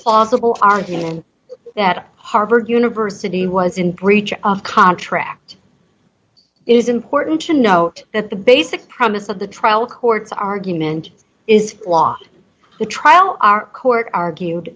possible argument that harvard university was in breach of contract is important to note that the basic premise of the trial court's argument is flawed the trial court argued